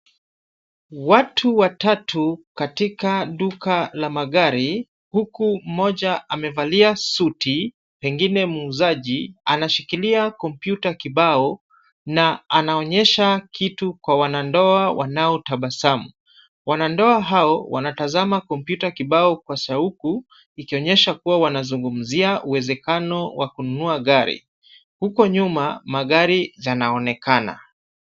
Watu watatu katika duka la magari huku mmoja amevalia suti, pengine muuzaji, anashikilia kompyuta kibao na anaonyesha kitu kwa wanandoa wanaotabasamu. Wanandoa hao wanatazama kompyuta kibao kwa shauku ikionyesha kuwa wanazungumzia uwezekano wa kununua gari. Huko nyuma magari yanaonekana.